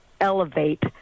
elevate